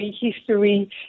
History